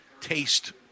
taste